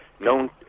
known